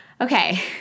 okay